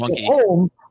home